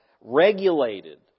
regulated